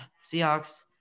Seahawks